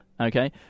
Okay